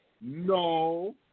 No